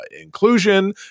inclusion